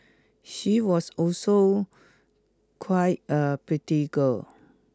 she was also quite a pretty girl